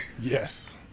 Yes